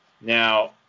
Now